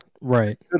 right